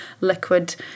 liquid